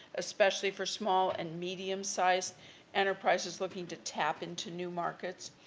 especially for small and medium-sized enterprises looking to tap into new markets.